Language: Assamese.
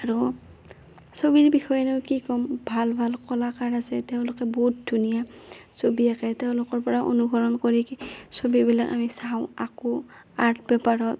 আৰু ছবিৰ বিষয়েনো কি ক'ম ভাল ভাল কলাকাৰ আছে তেওঁলোকে বহুত ধুনীয়া ছবি আঁকে তেওঁলোকৰপৰা অনুকৰণ কৰি ছবিবিলাক আমি চাওঁ আঁকো আৰ্ট পেপাৰত